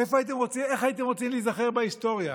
איך הייתם רוצים להיזכר בהיסטוריה?